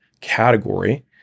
category